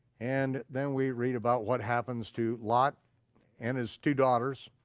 and then we read about what happens to lot and his two daughters.